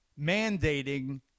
mandating